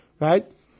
right